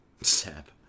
Sap